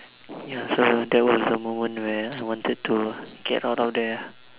ya so that was the moment where I wanted to get out of there